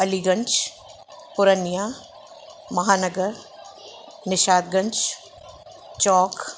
Aliganj Purania Mahanagar Nishatganj Chowk